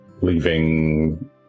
leaving